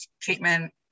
treatment